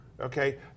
okay